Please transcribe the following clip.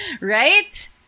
right